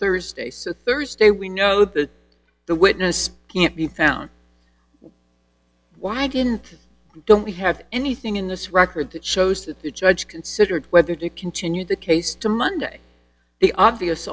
thursday so thursday we know that the witness can't be found why didn't don't have anything in this record that shows that the judge considered whether to continue the case to monday the obvious